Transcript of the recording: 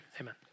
amen